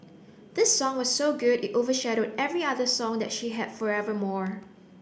this song was so good it overshadowed every other song that she had forevermore